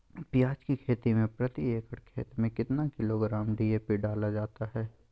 प्याज की खेती में प्रति एकड़ खेत में कितना किलोग्राम डी.ए.पी डाला जाता है?